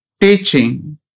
teaching